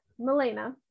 Melena